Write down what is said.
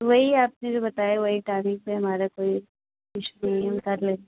वही आपने जो बताया वही तारीख है हमारा कोई कुछ नियम कर ले